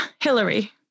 Hillary